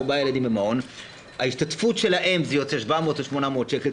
ארבעה ילדים במעון - ההשתתפות שלהם זה יוצא 700 או 800 שקל.